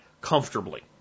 comfortably